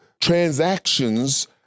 transactions